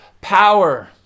power